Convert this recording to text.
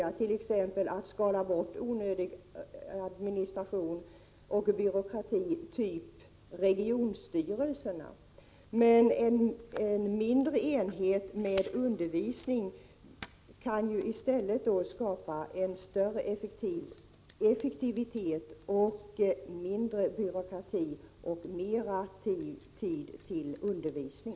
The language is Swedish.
Man kan t.ex. skala bort onödig administration och byråkrati, typ regionstyrelserna. Men en mindre enhet med undervisning kan skapa större effektivitet, mindre byråkrati och mer tid till undervisning.